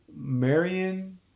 Marion